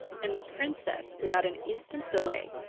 and the princess, without an instant's delay,